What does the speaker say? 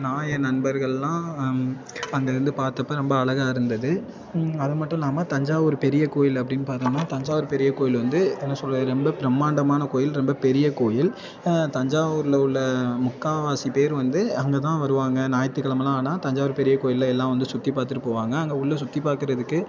நான் என் நண்பர்களெலாம் அங்கிருந்து பார்த்தப்ப ரொம்ப அழகா இருந்தது அது மட்டுல்லாமல் தஞ்சாவூர் பெரிய கோயில் அப்படின்னு பார்த்தோம்னா தஞ்சாவூர் பெரிய கோயில் வந்து என்ன சொல்கிறது ரொம்ப பிரம்மாண்டமான கோயில் ரொம்ப பெரிய கோயில் தஞ்சாவூரில் உள்ள முக்கால்வாசி பேர் வந்து அங்கே தான் வருவாங்க ஞாயிற்றுக் கெழமலாம் ஆனால் தஞ்சாவூர் பெரிய கோயிலில் எல்லாம் வந்து சுற்றி பார்த்துட்டு போவாங்க அங்கே உள்ளே சுற்றி பார்க்கறதுக்கே